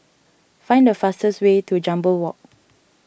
find the fastest way to Jambol Walk